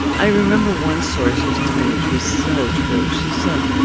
i remember one story she told me, which was so true. she said,